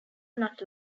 not